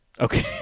okay